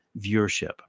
viewership